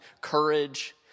courage